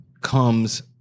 comes